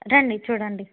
రండి చూడండి